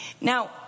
Now